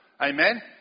Amen